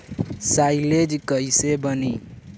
Silage कईसे बनी?